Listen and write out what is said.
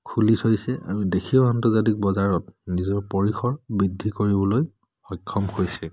খুলি থৈছে আৰু দেশীয় আন্তৰ্জাতিক বজাৰত নিজৰ পৰিসৰ বৃদ্ধি কৰিবলৈ সক্ষম হৈছে